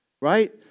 right